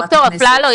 ד"ר אפללו,